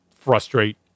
frustrate